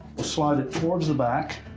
we'll slide it towards the back,